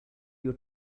your